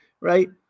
right